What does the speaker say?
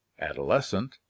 adolescent